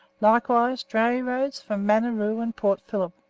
likewise dray roads from maneroo and port philip.